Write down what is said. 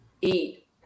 eat